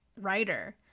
writer